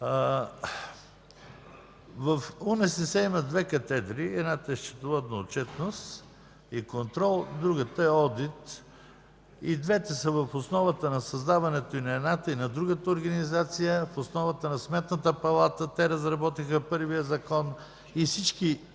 (УНСС) има две катедри – едната е „Счетоводна отчетност и контрол”, а другата е „Одит”. И двете са в основата на създаването и на едната, и на другата организация, в основата на Сметната палата, те разработиха първия закон и всички